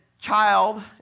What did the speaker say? child